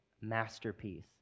masterpiece